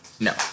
No